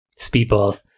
Speedball